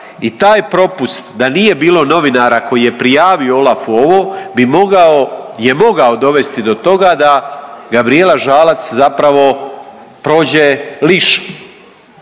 i taj propust da nije bilo novinara koji je prijavio OLAF-u ovo bi mogao je mogao dovesti do toga da Gabrijela Žalac zapravo prođe liš,